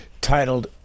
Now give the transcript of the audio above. Titled